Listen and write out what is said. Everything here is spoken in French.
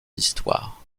histoire